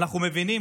אנחנו מבינים.